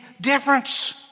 difference